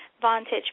vantage